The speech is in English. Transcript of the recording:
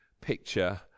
picture